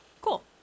Cool